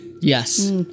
Yes